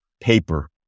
paper